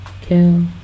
Kill